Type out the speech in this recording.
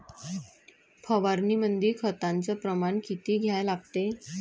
फवारनीमंदी खताचं प्रमान किती घ्या लागते?